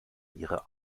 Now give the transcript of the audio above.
ihre